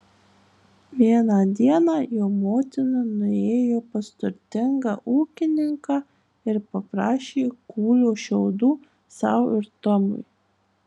vieną dieną jo motina nuėjo pas turtingą ūkininką ir paprašė kūlio šiaudų sau ir tomui